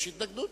יש התנגדות.